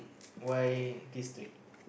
why these three